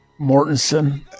Mortensen